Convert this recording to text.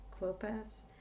Clopas